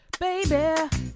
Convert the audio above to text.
baby